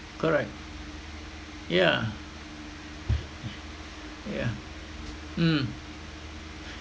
correct yeah yeah mm